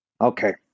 Okay